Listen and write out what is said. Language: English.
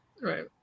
Right